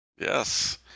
Yes